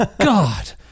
god